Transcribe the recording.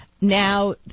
Now